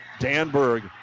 Danberg